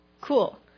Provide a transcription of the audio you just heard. cool